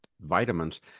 vitamins